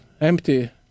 empty